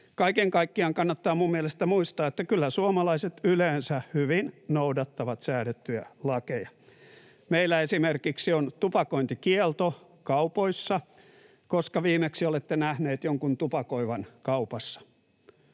Kaiken kaikkiaan kannattaa minun mielestäni muistaa, että kyllä suomalaiset yleensä hyvin noudattavat säädettyjä lakeja. Meillä esimerkiksi on tupakointikielto kaupoissa. Koska viimeksi olette nähneet jonkun tupakoivan kaupassa?